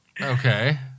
Okay